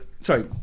sorry